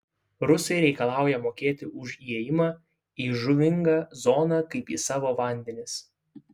rusai reikalauja mokėti už įėjimą į žuvingą zoną kaip į savo vandenis